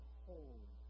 hold